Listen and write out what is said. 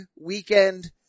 weekend